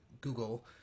Google